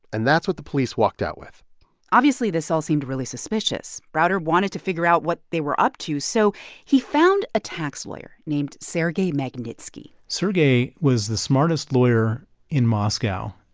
and that's what the police walked out with obviously, this all seemed really suspicious. browder wanted to figure out what they were up to, so he found a tax lawyer named sergei magnitsky sergei was the smartest lawyer in moscow,